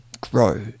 grow